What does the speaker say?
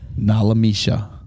Nalamisha